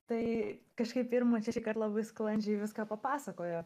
tai kažkaip irma čia labai sklandžiai viską papasakojo